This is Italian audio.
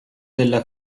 della